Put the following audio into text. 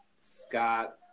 Scott